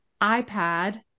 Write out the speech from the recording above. iPad